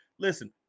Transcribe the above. Listen